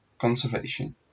conservation